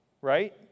right